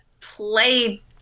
play